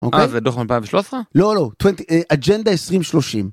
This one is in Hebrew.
אוקיי זה דוח מ2013 לא לא אג'נדה 2030.